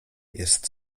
jest